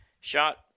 shot